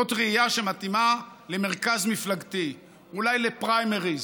זאת ראייה שמתאימה למרכז מפלגה, אולי לפריימריז,